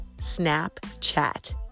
Snapchat